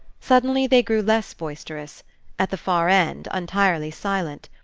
suddenly they grew less boisterous at the far end, entirely silent.